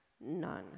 None